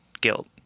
guilt